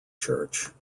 church